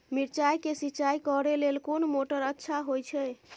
मिर्चाय के सिंचाई करे लेल कोन मोटर अच्छा होय छै?